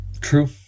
True